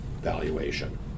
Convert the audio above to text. valuation